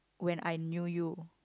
when I knew you